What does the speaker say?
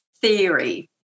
theory